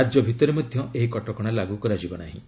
ରାଜ୍ୟ ଭିତରେ ମଧ୍ୟ ଏହି କଟକଣା ଲାଗୁ ହେବ ନାହିଁ